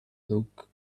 look